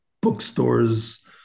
bookstores